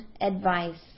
advice